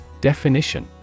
Definition